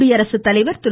குடியரசு தலைவர் திரு